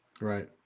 Right